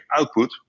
output